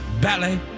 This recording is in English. Ballet